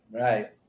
right